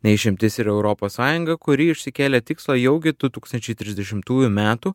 ne išimtis ir europos sąjunga kuri išsikėlė tikslą jau gi du tūkstančiai trisdešimtųjų metų